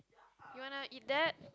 you wanna eat that